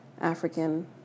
African